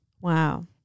Wow